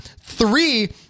three